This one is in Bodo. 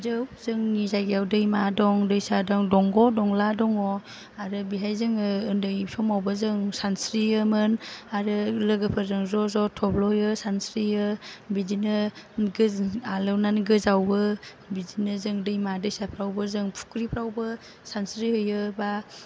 जौ जोंनि जायगायाव दैमा दं दैसा दं दंग दंला दङ आरो बेहाय जोङो उन्दै समावबो जों सानस्रियोमोन आरो लोगोफोरजों ज' ज' थब्ल'यो सानस्रियो बिदिनो गोजोन आलौनानै गोजावो बिदिनो जों दैमा दैसाफ्रावबो जों फुख्रिफ्रावबो सानस्रियो बा